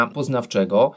poznawczego